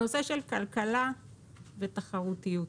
בנושא של כלכלה ותחרותיות,